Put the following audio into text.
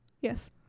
yes